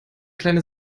kleine